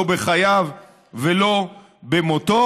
לא בחייו ולא במותו.